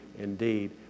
indeed